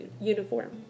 uniform